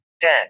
ten